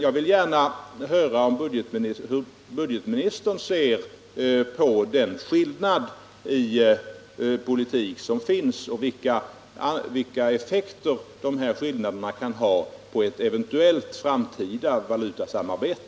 Jag vill gärna veta hur budgetministern ser på olikheterna i den politik som förs och skulle också vilja veta vilka effekter skillnaderna kan få på ett eventuellt framtida samarbete.